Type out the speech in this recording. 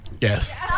Yes